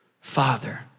Father